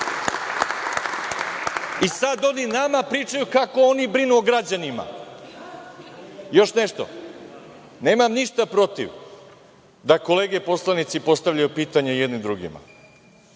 I sada oni nama pričaju kako oni brinu o građanima. Još nešto. Nemam ništa protiv da kolege poslanici postavljaju pitanja jedni drugima,